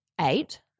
eight